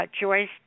Joyce